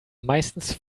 meistens